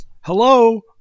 Hello